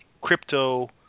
crypto